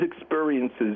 experiences